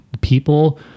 people